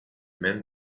man